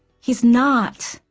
he's not.